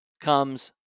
comes